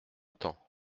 temps